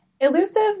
Elusive